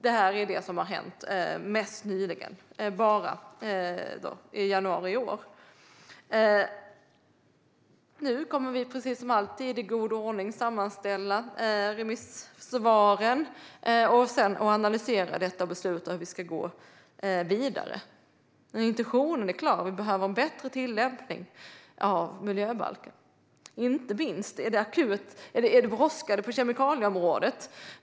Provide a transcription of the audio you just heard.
Detta är det som har hänt mest nyligen, i januari i år. Nu kommer vi att, precis som alltid, i god ordning sammanställa remissvaren, analysera detta och besluta hur vi ska gå vidare. Men intentionen är klar: Vi behöver en bättre tillämpning av miljöbalken. Det är inte minst brådskande på kemikalieområdet.